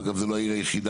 אגב, זו לא העיר היחידה.